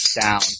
down